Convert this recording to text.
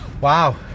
wow